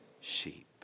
sheep